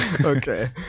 Okay